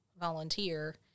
volunteer